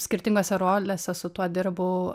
skirtingose rolėse su tuo dirbau